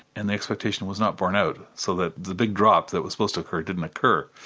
and the expectation was not borne out, so that the big drop that was supposed to occur didn't occur.